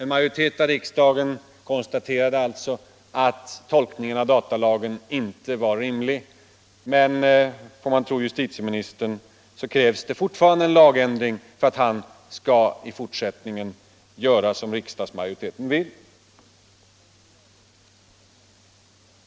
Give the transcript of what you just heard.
En majoritet av riksdagen konstaterade alltså att tolkningen av datalagen inte var rimlig, men får man tro justitieministern krävs det fortfarande en lagändring för att han i fortsättningen skall göra som riksdagsmajoriteten vill.